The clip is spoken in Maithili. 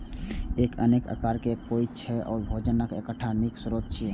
ई अनेक आकार प्रकार के होइ छै आ भोजनक एकटा नीक स्रोत छियै